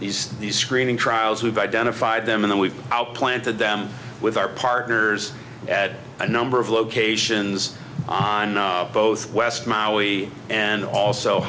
these these screening trials we've identified them in the we out planted them with our partners at a number of locations on both west maui and also